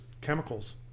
chemicals